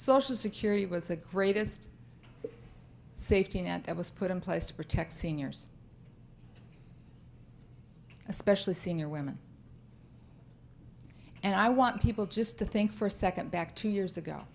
social security was the greatest safety net that was put in place to protect seniors especially senior women and i want people just to think for a second back two years